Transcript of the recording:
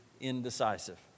indecisive